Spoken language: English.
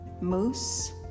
Moose